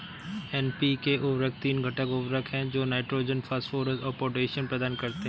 NPK उर्वरक तीन घटक उर्वरक हैं जो नाइट्रोजन, फास्फोरस और पोटेशियम प्रदान करते हैं